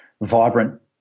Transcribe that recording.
vibrant